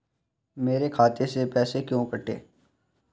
मेरे खाते से पैसे क्यों कटे?